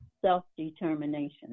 self-determination